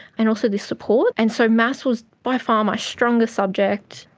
and also the support, and so maths was by far my strongest subject.